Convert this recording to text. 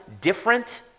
different